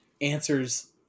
answers